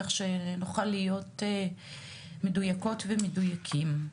כך שנוכל להיות מדוייקות ומדוייקים.